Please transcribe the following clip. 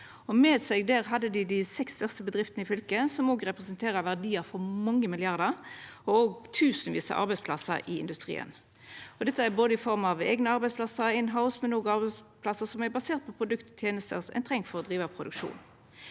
Med seg hadde dei dei seks største bedriftene i fylket, som representerer verdiar for mange milliardar og tusenvis av arbeidsplassar i industrien. Dette er i form av både eigne arbeidsplassar «inhouse» og arbeidsplassar som er baserte på produkt og tenester ein treng for å driva produksjon.